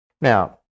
Now